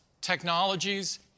technologies